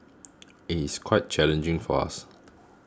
it is quite challenging for us